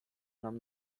nam